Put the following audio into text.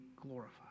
glorified